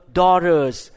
daughters